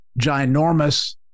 ginormous